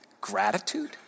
gratitude